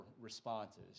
responses